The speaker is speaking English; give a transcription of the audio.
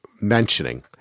mentioning